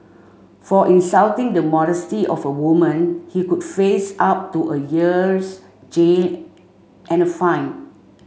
for insulting the modesty of a woman he could face up to a year's and fine